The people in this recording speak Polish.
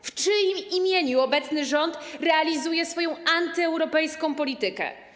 W czyim imieniu obecny rząd realizuje swoją antyeuropejską politykę?